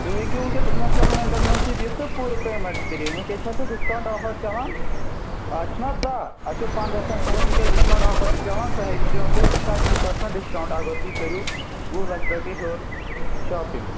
تُہۍ ہیٚکِو وٕنۍکٮ۪س اِنَسٹالمٮ۪نٛٹَن منٛز تہِ دِتھ تہٕ پوٗرٕ پیمٮ۪نٛٹ وٕنۍکٮ۪س چھِ آسان ڈِسکاوُنٛٹ آفَر چلان آز چھِنَہ دَہ اَسہِ چھِ پَنٛدہَس تام تھوٚمُت وٕنۍکٮ۪س ڈِسکاوُنٛٹ آفَر چھِ چلان تۄہہِ میلیو وٕنۍکٮ۪س ژَتجی پٔرسَنٛٹ ڈِسکاوُنٛٹ اگر تُہۍ کٔرِو وُہ لَچھ رۄپیہِ ہیوٚر شاپِنٛگ